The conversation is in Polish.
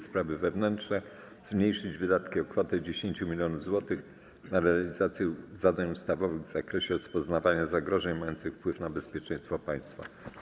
Sprawy wewnętrzne zmniejszyć wydatki o kwotę 10 mln zł na realizację zadań ustawowych w zakresie rozpoznawania zagrożeń mających wpływ na bezpieczeństwo państwa.